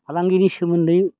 फालांगिनि सोमोन्दै